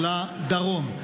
לדרום.